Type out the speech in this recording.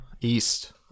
East